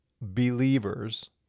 believers